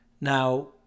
Now